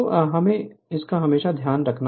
तो इसे हमेशा ध्यान में रखे